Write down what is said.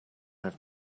have